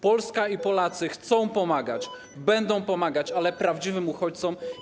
Polska i Polacy chcą pomagać, będą pomagać, ale prawdziwym uchodźcom.